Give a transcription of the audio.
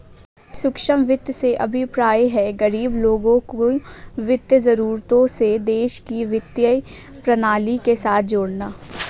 सूक्ष्म वित्त से अभिप्राय है, गरीब लोगों की वित्तीय जरूरतों को देश की वित्तीय प्रणाली के साथ जोड़ना